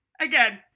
again